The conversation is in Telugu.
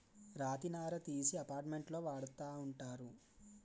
రాతి నార తీసి అపార్ట్మెంట్లో వాడతా ఉంటారు